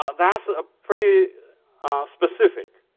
ah that's ah pretty specific.